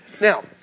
Now